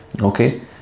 okay